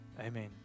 amen